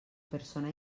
persona